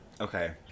Okay